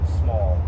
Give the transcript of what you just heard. small